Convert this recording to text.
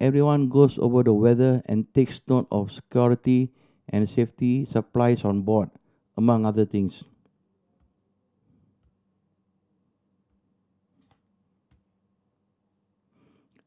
everyone goes over the weather and takes note of security and safety supplies on board among other things